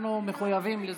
אנחנו מחויבים לזה.